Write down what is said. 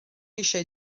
eisiau